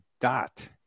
dot